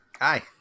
hi